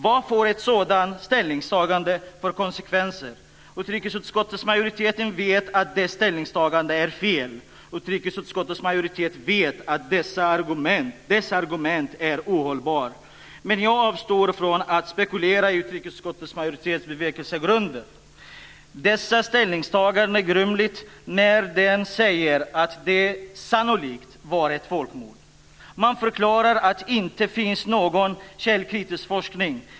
Vad får ett sådant ställningstagande för konsekvenser? Utskottsmajoriteten vet att dess ställningstagande är fel. Utrikesutskottets majoritet vet att dess argument är ohållbart. Men jag avstår från att spekulera i utrikesutskottets majoritets bevekelsegrunder. Dess ställningstagande är grumligt när den säger att det "sannolikt" var ett folkmord. Man förklarar att det inte finns någon källkritisk forskning.